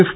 F